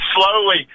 slowly